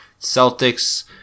Celtics